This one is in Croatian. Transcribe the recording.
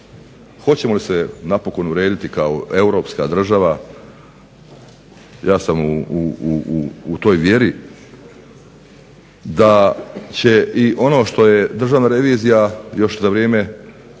Hoćemo li se napokon urediti kao europska država? Ja sam u toj vjeri da će i ono što je Državna revizija još za vrijeme